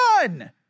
done